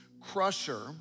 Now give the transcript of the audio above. crusher